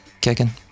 kicking